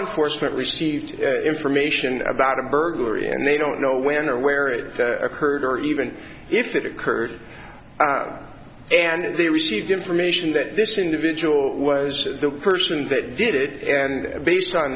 enforcement received information about a burglary and they don't know when or where it occurred or even if it occurred and they received information that this individual was the person that did it and based on